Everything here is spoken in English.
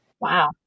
Wow